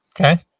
Okay